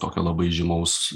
tokio labai žymaus